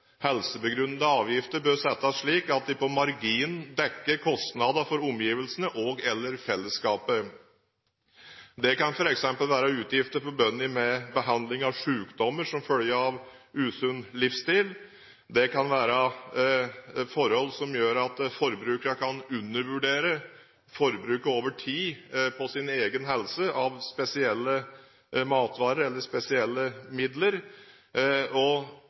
helsebegrunnede avgifter bør settes slik at de på margin dekker kostnader for omgivelsene og/eller fellesskapet. Det kan f.eks. være utgifter forbundet med behandling av sykdommer som følge av usunn livsstil, det kan være forhold som gjør at forbrukeren kan undervurdere spesielle matvarer eller spesielle midlers virkning over tid på egen helse.